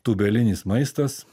tūbelinis maistas